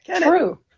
True